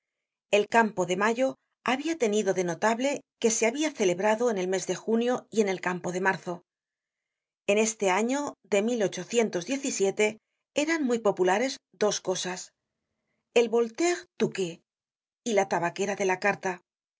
el campo de mayo habia tenido de notable que se habia celebrado en el mes de junio y en el campo de marzo en este año de eran muy populares dos cosas el voltaire touquet y la tabaquera de la carta